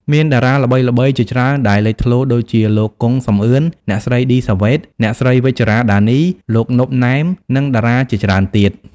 មានតារាល្បីៗជាច្រើនដែលលេចធ្លោ ដូចជាលោក គង់ សំអឿន អ្នកស្រី ឌី សាវ៉េត អ្នកស្រី វិជ្ជរ៉ា ដានី លោក ណុប ណែម និងតារាជាច្រើនទៀត។